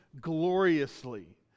gloriously